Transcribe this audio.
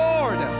Lord